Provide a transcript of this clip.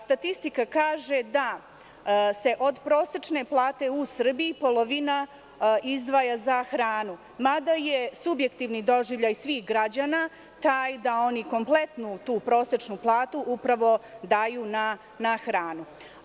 Statistika kaže da se od prosečne plate u Srbiji polovina izdvaja za hranu, mada je subjektivni doživljaj svih građana taj da oni kompletnu tu prosečnu platu upravo daju na hranu.